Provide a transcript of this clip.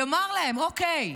לומר להם: אוקיי,